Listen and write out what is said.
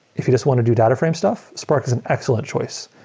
if you just want to do data frame stuff, spark is an excellent choice,